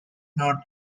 not